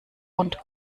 und